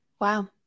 Wow